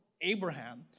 Abraham